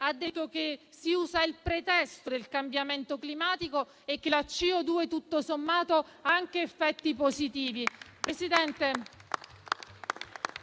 ha detto che si usa il pretesto del cambiamento climatico e che la CO2 tutto sommato ha anche effetti positivi.